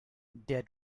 der